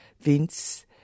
Vince